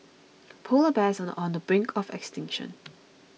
Polar Bears are on the brink of extinction